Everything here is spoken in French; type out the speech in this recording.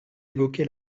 évoqué